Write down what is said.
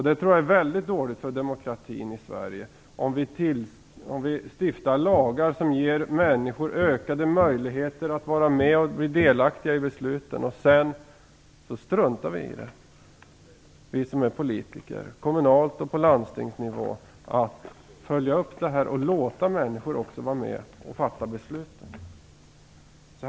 Det är väldigt dåligt för demokratin i Sverige om vi politiker stiftar lagar som ger människor ökade möjligheter att bli delaktiga i besluten och sedan struntar, kommunalt och på landstingsnivå, i att följa upp det och låta människor vara med och besluta.